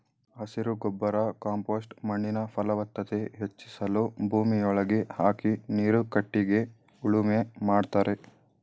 ಹಸಿರು ಗೊಬ್ಬರ ಕಾಂಪೋಸ್ಟ್ ಮಣ್ಣಿನ ಫಲವತ್ತತೆ ಹೆಚ್ಚಿಸಲು ಭೂಮಿಯೊಳಗೆ ಹಾಕಿ ನೀರು ಕಟ್ಟಿಗೆ ಉಳುಮೆ ಮಾಡ್ತರೆ